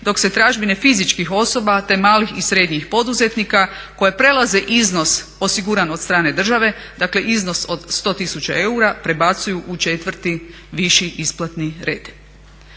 dok se tražbine fizičkih osoba te malih i srednjih poduzetnika koje prelaze iznos osiguran od strane države, dakle iznos od 100 tisuća eura prebacuju u četvrti viši isplatni red.